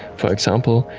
for example,